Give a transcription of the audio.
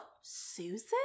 Susan